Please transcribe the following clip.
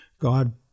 God